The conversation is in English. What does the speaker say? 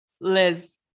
Liz